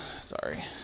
Sorry